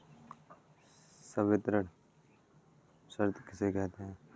संवितरण शर्त किसे कहते हैं?